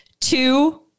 two